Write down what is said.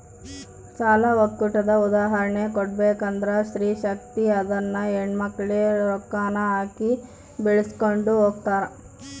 ಸಾಲ ಒಕ್ಕೂಟದ ಉದಾಹರ್ಣೆ ಕೊಡ್ಬಕಂದ್ರ ಸ್ತ್ರೀ ಶಕ್ತಿ ಅದುನ್ನ ಹೆಣ್ಮಕ್ಳೇ ರೊಕ್ಕಾನ ಹಾಕಿ ಬೆಳಿಸ್ಕೊಂಡು ಹೊಗ್ತಾರ